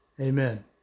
Amen